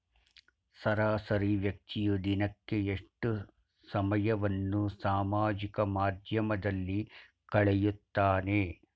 ಸರಾಸರಿ ವ್ಯಕ್ತಿಯು ದಿನಕ್ಕೆ ಎಷ್ಟು ಸಮಯವನ್ನು ಸಾಮಾಜಿಕ ಮಾಧ್ಯಮದಲ್ಲಿ ಕಳೆಯುತ್ತಾನೆ?